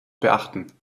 beachten